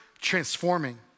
transforming